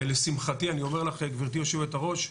לשמחתי אני אומר לך גבירתי היו"ר,